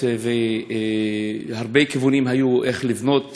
והרבה כיוונים היו איך לבנות מפעל חדש,